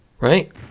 right